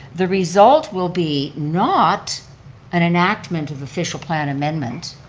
the result will be not an enactment of official plan amendment,